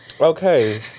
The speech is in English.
okay